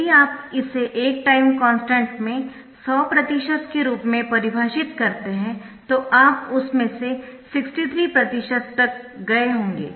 यदि आप इसे एक टाइम कॉन्स्टन्ट में 100 प्रतिशत के रूप में परिभाषित करते है तो आप उसमें से 63 प्रतिशत तक गए होंगे